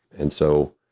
and so,